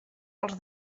els